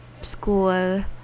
school